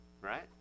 right